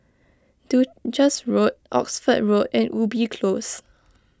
Duchess Road Oxford Road and Ubi Close